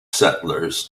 settlers